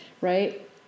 right